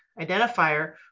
identifier